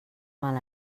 mal